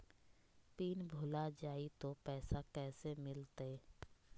Pin भूला जाई तो पैसा कैसे मिलते?